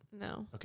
No